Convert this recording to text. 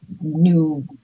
new